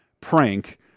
prank